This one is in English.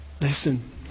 Listen